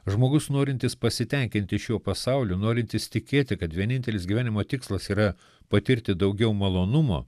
žmogus norintis pasitenkinti šiuo pasauliu norintis tikėti kad vienintelis gyvenimo tikslas yra patirti daugiau malonumo